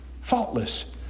faultless